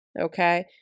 Okay